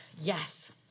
Yes